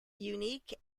unique